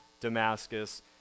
Damascus